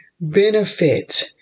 benefit